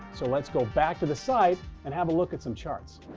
so let's go back to the site and have a look at some charts.